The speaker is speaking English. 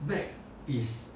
but is